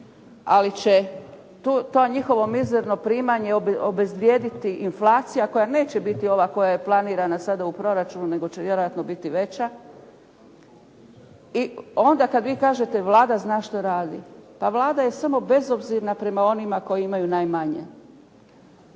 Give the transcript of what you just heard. ali će to njihovo mizerno primanje obezvrijediti inflacija koja neće biti ova koja je planirana sada u proračunu, nego će vjerojatno biti veća. I onda kad vi kažete Vlada zna šta radi. Pa Vlada je samo bezobzirna prema onima koji imaju najmanje.